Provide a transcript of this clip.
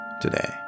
Today